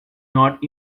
not